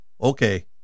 okay